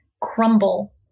crumble